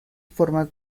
formas